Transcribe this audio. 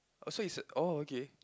oh so it's oh okay